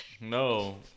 No